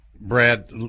brad